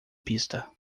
pista